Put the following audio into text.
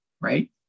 right